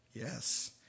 Yes